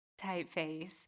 typeface